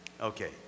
Okay